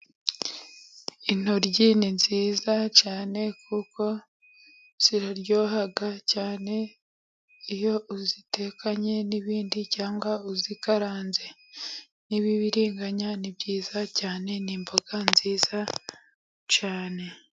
Intoryi ni nziza cyane kuko ziraryoha cyane, iyo uzitekanye n'ibindi cyangwa uzikaranze n'ibibiringanya ni byiza cyane, ni imboga nziza cyane.